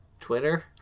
Twitter